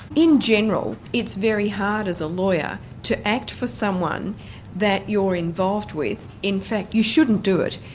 in general, it's very hard as a lawyer to act for someone that you're involved with. in fact, you shouldn't do it.